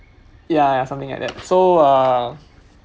ya something like that so uh